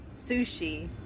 sushi